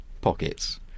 pockets